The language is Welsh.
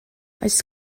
oes